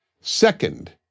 Second